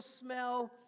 smell